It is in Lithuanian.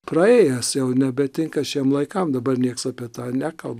praėjęs jau nebetinka šiem laikam dabar niekas apie tai nekalba